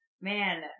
Man